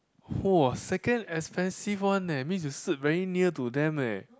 [wah] second expensive one eh means you sit very near to them eh